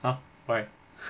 ah like